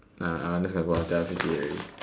ah ah I'm just gonna go out tell her fifty eight already